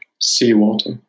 seawater